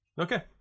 Okay